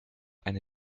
eine